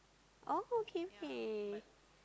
oh okay okay